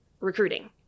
recruiting